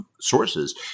sources